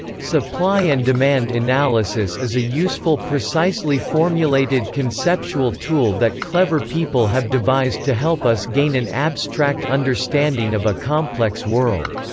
supply and demand analysis is is a useful precisely formulated conceptual tool that clever people have devised to help us gain an abstract understanding of a complex world.